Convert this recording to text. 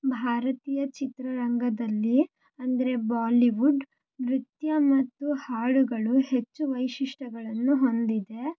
ಭಾರತೀಯ ಚಿತ್ರರಂಗದಲ್ಲಿ ಅಂದರೆ ಬಾಲಿವುಡ್ ನೃತ್ಯ ಮತ್ತು ಹಾಡುಗಳು ಹೆಚ್ಚು ವೈಶಿಷ್ಟ್ಯಗಳನ್ನು ಹೊಂದಿದೆ